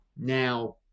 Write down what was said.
now